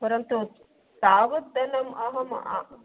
परन्तु तावत् धनम् अहं